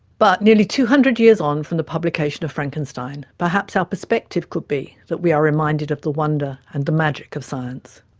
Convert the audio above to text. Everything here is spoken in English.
but, nearly two hundred years on from the publication of frankenstein, perhaps our perspective could be that we are reminded of the wonder and the magic of science.